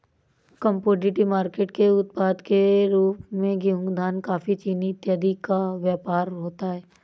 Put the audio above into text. commodity market के उत्पाद के रूप में गेहूं धान कॉफी चीनी इत्यादि का व्यापार होता है